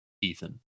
Ethan